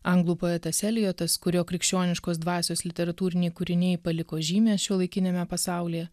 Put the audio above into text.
anglų poetas eliotas kurio krikščioniškos dvasios literatūriniai kūriniai paliko žymę šiuolaikiniame pasaulyje